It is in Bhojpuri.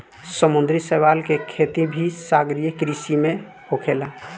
समुंद्री शैवाल के खेती भी सागरीय कृषि में आखेला